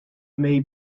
may